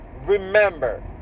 Remember